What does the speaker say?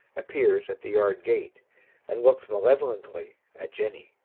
appears at the yard gate and looks malevolently at jenny.